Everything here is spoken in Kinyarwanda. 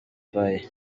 faye